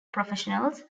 professionals